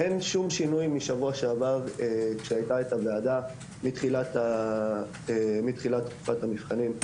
אין שום שינוי משבוע שעבר שהייתה הוועדה מתחילת תקופת המבחנים.